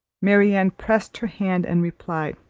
marianne pressed her hand and replied,